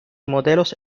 modelos